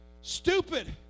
Stupid